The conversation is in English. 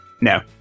No